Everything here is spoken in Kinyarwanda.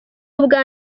ubwa